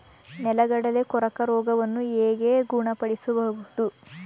ನೆಲಗಡಲೆ ಕೊರಕ ರೋಗವನ್ನು ಹೇಗೆ ಗುಣಪಡಿಸಬಹುದು?